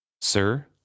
Sir